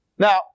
Now